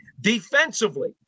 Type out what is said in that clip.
Defensively